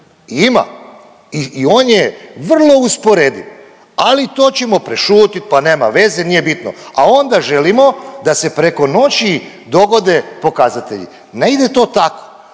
Ima. I on je vrlo usporediv, ali to ćemo prešutit pa nema veze, nije bitno. A onda želimo da se preko noći dogode pokazatelji. Ne ide to tako.